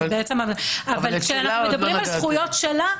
אבל כשאנחנו מדברים על זכויות שלה,